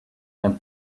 and